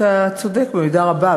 אתה צודק במידה רבה.